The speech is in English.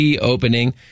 opening